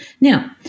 Now